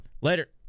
Later